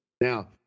Now